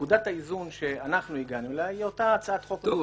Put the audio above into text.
נקודת האיזון שאנחנו הגענו אליה היא אותה הצעת חוק ממשלתית.